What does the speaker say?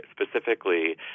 specifically